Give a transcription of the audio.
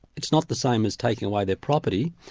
it's not the same as taking away their property,